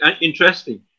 interesting